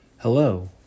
Hello